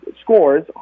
scores